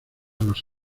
los